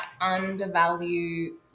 undervalue